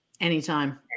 Anytime